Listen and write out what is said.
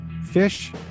Fish